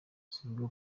zivuga